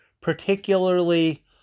particularly